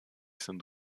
sind